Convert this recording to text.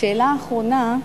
השאלה האחרונה: